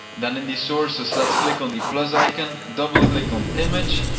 then in the sources, let's click on the plus icon. double click on image,